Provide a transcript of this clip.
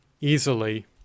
easily